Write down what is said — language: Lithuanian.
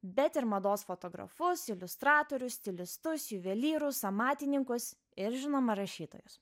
bet ir mados fotografus iliustratorius stilistus juvelyrus amatininkus ir žinoma rašytojus